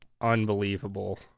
unbelievable